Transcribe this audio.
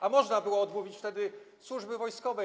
A można było odmówić wtedy służby wojskowej.